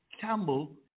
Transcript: Campbell